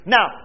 Now